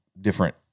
different